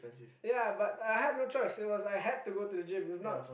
ya but I had no choice it was I had to go to the gym if not